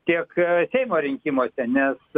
tiek seimo rinkimuose nes